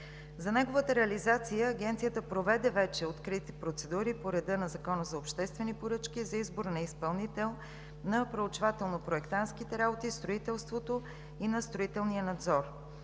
За неговата реализация Агенцията проведе вече открити процедури по реда на Закона за обществените поръчки за избор на изпълнител на проучвателно-проектантските работи, строителството и на строителния надзор.